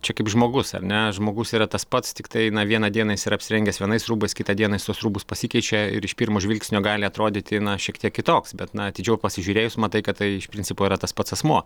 čia kaip žmogus ar ne žmogus yra tas pats tiktai na vieną dieną jis yra apsirengęs vienais rūbais kitą dieną tuos rūbus pasikeičia ir iš pirmo žvilgsnio gali atrodyti šiek tiek kitoks bet na atidžiau pasižiūrėjus matai kad tai iš principo yra tas pats asmuo